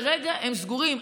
כרגע הם סגורים.